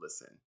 listen